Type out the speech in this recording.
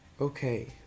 Okay